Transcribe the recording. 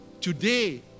today